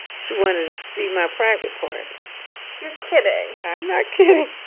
she wanted to see my private parts you're kidding i'm not kidding